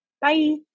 Bye